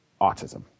autism